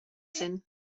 sinn